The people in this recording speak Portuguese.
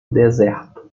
deserto